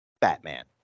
Batman